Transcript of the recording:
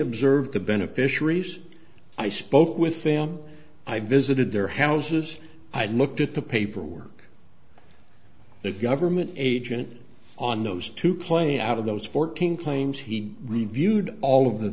observed the beneficiaries i spoke with them i visited their houses i looked at the paperwork it government agent on those two play out of those fourteen claims he reviewed all of the